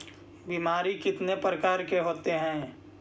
बीमारी कितने प्रकार के होते हैं?